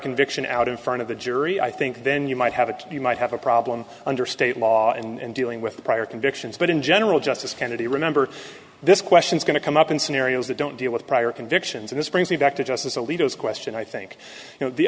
conviction out in front of the jury i think then you might have a you might have a problem under state law and dealing with the prior convictions but in general justice kennedy remember this question is going to come up in scenarios that don't deal with prior convictions and this brings me back to justice alito is a question i think you know the